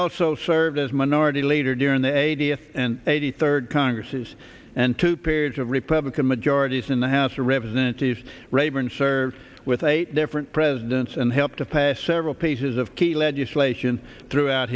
also served as minority leader during the a d f and eighty third congresses and two periods of republican majorities in the house of representatives rayburn served with eight different presidents and helped to pass several pieces of key legislation throughout